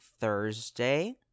Thursday